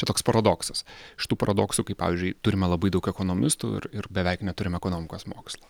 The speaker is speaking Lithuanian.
čia toks paradoksas iš tų paradoksų kaip pavyzdžiui turime labai daug ekonomistų ir ir beveik neturime ekonomikos mokslo